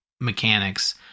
mechanics